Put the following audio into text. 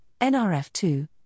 NRF2